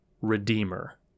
redeemer